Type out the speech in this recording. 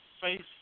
face